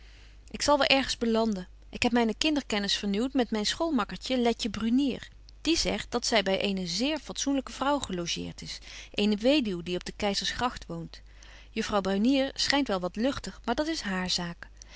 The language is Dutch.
ik zal wel ergens belanden ik heb myne kinderkennis vernieuwt met myn schoolmakkertje letje brunier die zegt dat zy by eene zeer fatsoenlyke vrouw gelogeert is eene weduw die op de keizersgragt woont juffrouw brunier schynt wel wat lugtig maar dat's hààr zaak